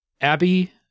Abby